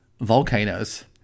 volcanoes